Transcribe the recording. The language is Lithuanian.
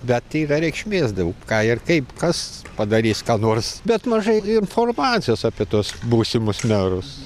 bet yra reikšmės daug ką ir kaip kas padarys ką nors bet mažai informacijos apie tuos būsimus merus